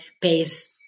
pays